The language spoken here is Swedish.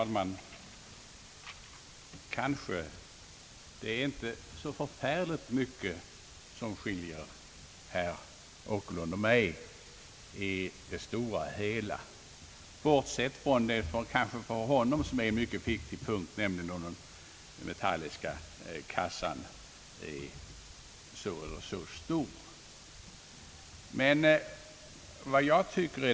Herr talman! Det är kanske inte så förfärligt mycket som i det stora hela skiljer herr Åkerlund och mig, bortsett från den punkt som tydligen är mycket viktig för honom, nämligen om den metalliska kassan är så eller så stor.